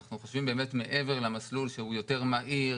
אנחנו חושבים מעבר למסלול שהוא יותר מהיר,